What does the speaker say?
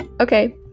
okay